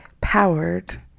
powered